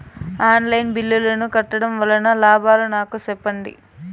On line బిల్లుల ను కట్టడం వల్ల లాభాలు నాకు సెప్పండి?